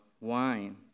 wine